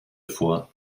foie